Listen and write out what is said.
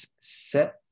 set